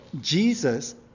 Jesus